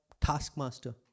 Taskmaster